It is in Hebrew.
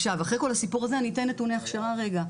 אחרי כל הסיפור הזה, אני אתן נתוני הכשרה רגע.